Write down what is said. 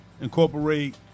incorporate